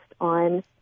on